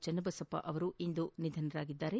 ಚನ್ನಬಸಪ್ಪ ಅವರು ಇಂದು ನಿಧನರಾಗಿದ್ದಾರೆ